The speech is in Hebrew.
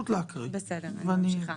בסדר, אני ממשיכה.